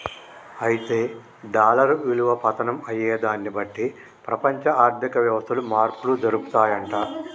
అయితే డాలర్ విలువ పతనం అయ్యేదాన్ని బట్టి ప్రపంచ ఆర్థిక వ్యవస్థలు మార్పులు జరుపుతాయంట